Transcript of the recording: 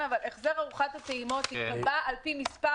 אבל החזר ארוחת הטעימות ייקבע על פי מספר